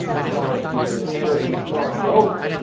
as far as being energy smart goes,